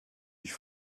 ich